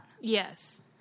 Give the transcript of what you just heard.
Yes